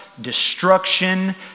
destruction